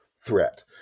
threat